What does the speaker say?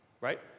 right